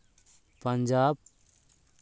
Punjab